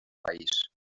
país